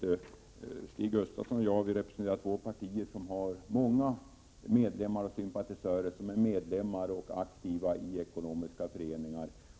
Stig Gustafsson och jag representerar två partier som har många medlemmar och sympatisörer som är aktiva i ekonomiska föreningar.